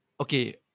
okay